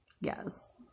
Yes